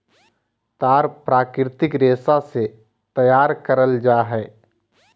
तार प्राकृतिक रेशा से तैयार करल जा हइ